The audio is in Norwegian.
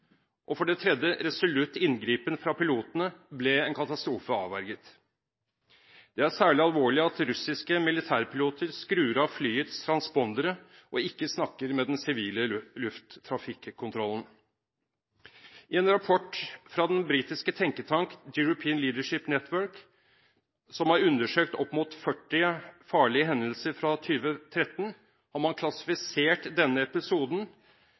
og for det tredje resolutt inngripen fra pilotene – ble en katastrofe avverget. Det er særlig alvorlig at russiske militærpiloter skrur av flyets transpondere og ikke snakker med den sivile lufttrafikkontrollen. I en rapport fra den britiske tenketank European Leadership Network, som har undersøkt opp mot 40 farlige hendelser fra 2014, har man klassifisert denne episoden